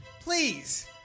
Please